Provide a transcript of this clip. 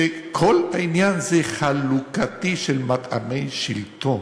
שכל העניין הוא חלוקתי, של מטעמי שלטון.